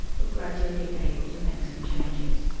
were gradually able to make some changes.